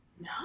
No